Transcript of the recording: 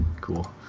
cool